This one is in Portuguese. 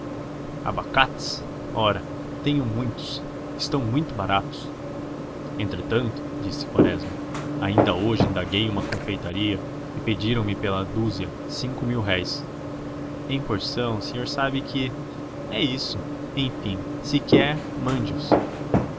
abacates ora tenho muitos estão muito baratos entretanto disse quaresma ainda hoje indaguei em uma confeitaria e pediram me pela dúzia cinco mil-réis em porção o senhor sabe que é isso enfim se quer mande os depois